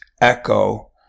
echo